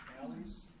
alleys,